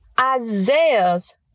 Isaiah's